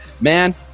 Man